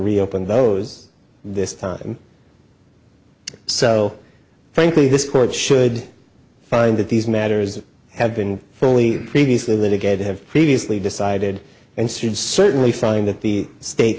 reopen those this time so frankly this court should find that these matters have been fully previously litigated have previously decided and sued certainly feeling that the state